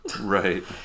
Right